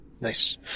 Nice